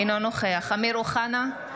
אינו נוכח אמיר אוחנה,